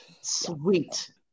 Sweet